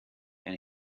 and